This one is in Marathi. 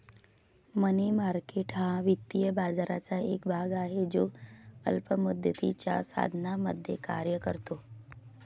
मनी मार्केट हा वित्तीय बाजाराचा एक भाग आहे जो अल्प मुदतीच्या साधनांमध्ये कार्य करतो